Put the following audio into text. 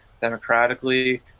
democratically